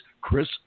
Chris